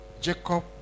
Jacob